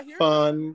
fun